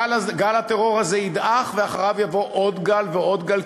גל הטרור הזה ידעך ואחריו יבוא עוד גל ועוד גל,